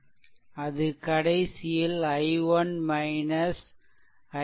அது கடைசியில் i1 i2 5